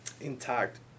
Intact